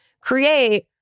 create